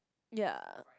ya